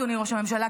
אדוני ראש הממשלה,